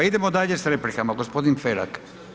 Idemo dalje s replikama, gospodin Felak.